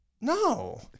No